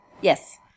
Yes